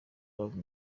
love